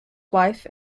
wife